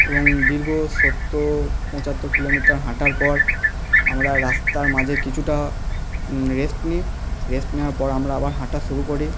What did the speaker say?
এবং দীর্ঘ সত্তর পঁচাত্তর কিলোমিটার হাঁটার পর আমরা রাস্তার মাঝে কিছুটা রেস্ট নিই রেস্ট নেওয়ার পর আমরা আবার হাঁটা শুরু করি